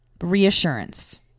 Reassurance